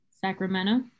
Sacramento